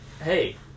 Hey